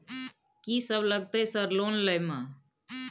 कि सब लगतै सर लोन लय में?